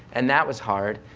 and that was hard,